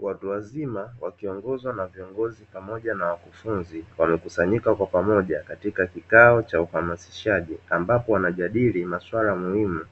Watu wazima wakiongozwa na viongozi pamoja na wakufunzi, wamekusanyika kwa pamoja katika kikao cha uhamasishaji, ambapo wanajadili masuala muhimu